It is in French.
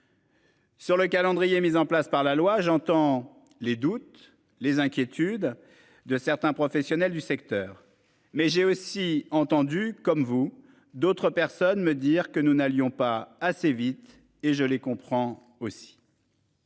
Sur le calendrier mis en place par la loi. J'entends les doutes et les inquiétudes de certains professionnels du secteur mais j'ai aussi entendu comme vous, d'autres personnes me dire que nous n'allions pas assez vite et je les comprends aussi.